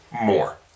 more